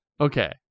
Okay